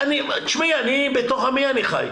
תשמעי, בתוך עמי אני חי.